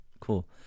Cool